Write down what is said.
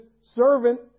servant